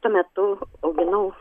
tuo metu auginau